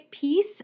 piece